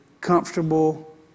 comfortable